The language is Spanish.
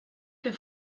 que